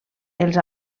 els